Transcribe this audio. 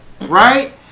right